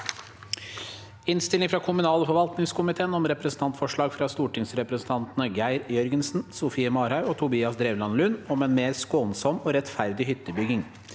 Innstilling fra kommunal- og forvaltningskomiteen om Representantforslag fra stortingsrepresentantene Geir Jørgensen, Sofie Marhaug og Tobias Drevland Lund om en mer skånsom og rettferdig hyttebygging